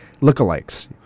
lookalikes